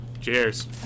Cheers